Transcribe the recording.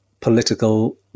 political